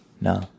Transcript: no